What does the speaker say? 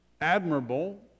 admirable